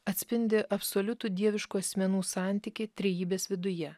atspindi absoliutų dieviškų asmenų santykį trejybės viduje